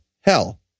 hell